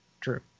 True